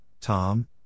Tom